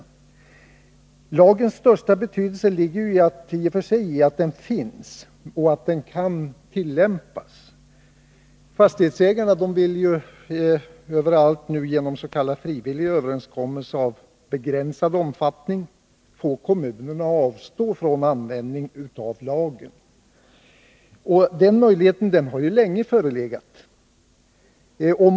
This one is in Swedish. Lagens största betydelse ligger i och för sig i att den finns och att den kan tillämpas. Men fastighetsägarna vill ju genom s.k. frivillig överenskommelse av begränsad omfattning få kommunerna att avstå från att tillämpa den. Den möjligheten har förelegat länge.